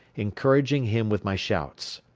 encouraging him with my shouts.